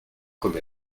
comme